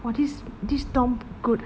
!wah! this this dorm good